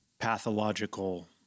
Pathological